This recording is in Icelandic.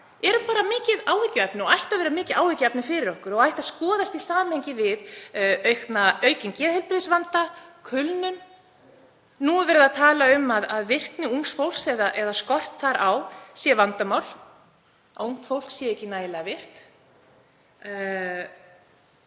eru mikið áhyggjuefni og ættu að vera mikið áhyggjuefni fyrir okkur og ættu að skoðast í samhengi við aukinn geðheilbrigðisvanda og kulnun. Nú er verið að tala um að virkni ungs fólks eða skortur á virkni sé vandamál, að ungt fólk sé ekki nægilega virkt.